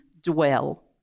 dwell